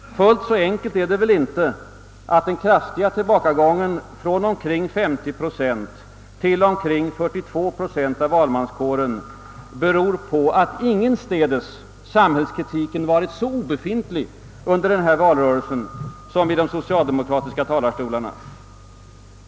Fullt så enkelt är det väl inte att den kraftiga tillbakagången från omkring 50 procent till omkring 42 procent av valmanskåren beror på att samhällskritiken ingenstädes varit så obefintlig under denna valrörelse som i de socialdemokratiska talarstolarna.